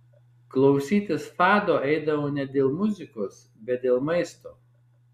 klausytis fado eidavau ne dėl muzikos bet dėl maisto